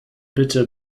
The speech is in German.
bitte